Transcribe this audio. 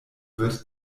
wird